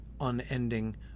unending